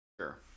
Sure